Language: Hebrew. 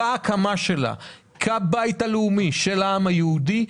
בהקמה שלה, כבית הלאומי של העם היהודי,